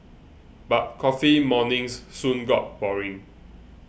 but coffee mornings soon got boring